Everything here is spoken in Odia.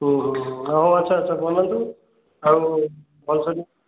ହଉ ଆଚ୍ଛା ଆଚ୍ଛା ବନାନ୍ତୁ ଆଉ ଭଲସେ